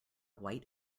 white